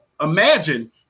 Imagine